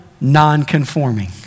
non-conforming